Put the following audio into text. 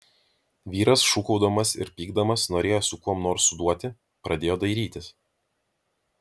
vyras šūkaudamas ir pykdamas norėjo su kuom nors suduoti pradėjo dairytis